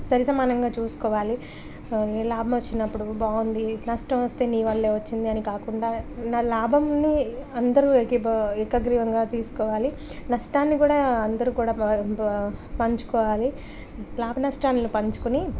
సరి సమానంగా చూసుకోవాలి లాభం వచ్చినప్పుడు బాగుంది నష్టం వస్తే నీవల్లే వచ్చింది అని కాకుండా నా లాభంని అందరూ ఏకీభ ఏకగ్రీవంగా తీసుకోవాలి నష్టాన్ని కూడా అందరూ కూడా పంచుకోవాలి లాభ నష్టాల్ను పంచుకుని